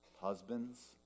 Husbands